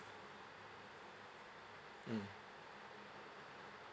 mm